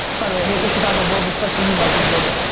by the way, hate the chicago bulls. especially you, michael jordan.